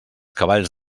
cavalls